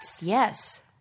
Yes